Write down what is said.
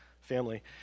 family